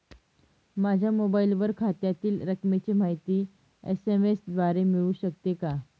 माझ्या मोबाईलवर खात्यातील रकमेची माहिती एस.एम.एस द्वारे मिळू शकते का?